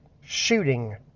shooting